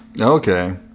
Okay